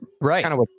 Right